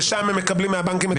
ושם הם מקבלים מהבנקים את הכל?